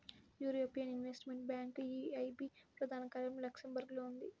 European investment bank EIB ప్రధాన కార్యాలయం లక్సెంబర్గ్లో ఉంది